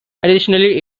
additionally